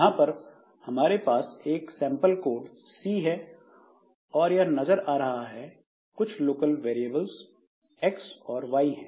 यहां पर हमारे पास एक सैंपल कौड C है और यह नजर आ रहा है कुछ लोकल वेरिएबल एक्स और वाई हैं